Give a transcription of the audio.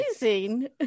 amazing